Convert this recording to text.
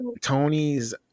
Tony's